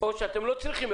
אולי אתם לא צריכים.